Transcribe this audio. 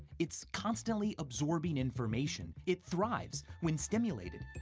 it's constantly absorbing information. it thrives when stimulated.